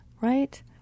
right